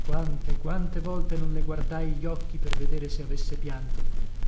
quante quante volte non le guardai gli occhi per vedere se avesse pianto